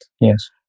Yes